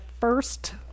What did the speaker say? first